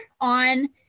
on